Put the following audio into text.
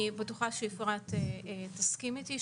אני בטוחה שאפרת תסכים אתי,